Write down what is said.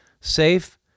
safe